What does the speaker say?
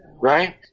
right